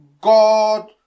God